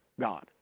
God